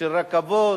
של רכבות,